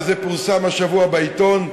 וזה פורסם השבוע בעיתון,